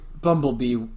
Bumblebee